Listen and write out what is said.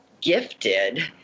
gifted